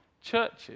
churches